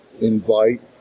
Invite